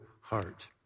heart